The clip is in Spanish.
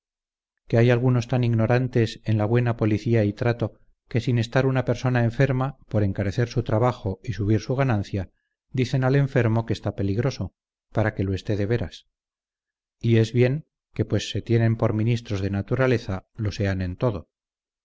que hay algunos tan ignorantes en la buena policía y trato que sin estar una persona enferma por encarecer su trabajo y subir su ganancia dicen al enfermo que está peligroso para que lo esté de veras y es bien que pues se tienen por ministros de naturaleza lo sean en todo